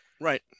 Right